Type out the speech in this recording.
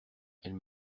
elle